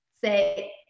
say